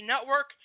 Network